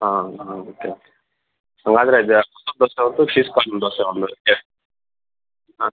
ಹಾಂ ಹಾಂ ಓಕೆ ಹಾಗಾದ್ರೆ ಅದು ದೋಸೆ ಒಂದು ಸ್ವೀಟ್ ಕಾರ್ನ್ ದೋಸೆ ಒಂದು ಹಾಂ